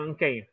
Okay